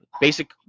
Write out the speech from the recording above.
basic